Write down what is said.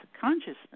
consciousness